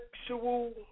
Sexual